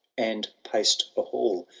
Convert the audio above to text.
and paced a hall,